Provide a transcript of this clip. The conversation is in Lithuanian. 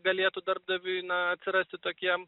galėtų darbdaviui na atsirasti tokie